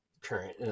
current